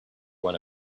one